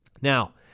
Now